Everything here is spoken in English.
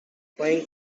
playing